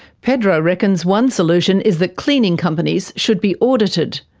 pedro reckons one solution is that cleaning companies should be audited,